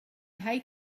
hate